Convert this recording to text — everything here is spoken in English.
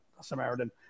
Samaritan